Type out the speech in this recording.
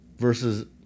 Versus